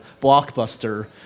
blockbuster